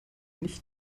nicht